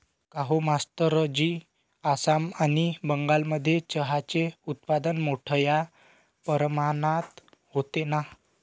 काहो मास्टरजी आसाम आणि बंगालमध्ये चहाचे उत्पादन मोठया प्रमाणात होते ना